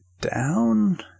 down